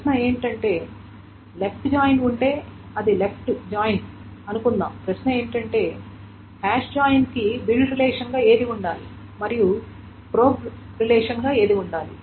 ప్రశ్న ఏమిటంటే left join ఉంటే అది లెఫ్ట్ జాయిన్ అనుకుందాం ప్రశ్న ఏమిటంటే హ్యాష్ జాయిన్కి బిల్డ్ రిలేషన్గా ఏది ఉండాలి మరియు ప్రోబ్ రిలేషన్గా ఏది ఉండాలి